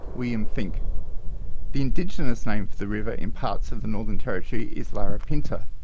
william finke. the indigenous name for the river in parts of the northern territory is larapinta,